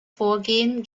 vorgehen